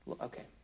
Okay